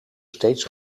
steeds